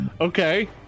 Okay